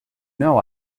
know